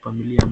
familia.